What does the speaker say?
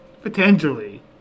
Potentially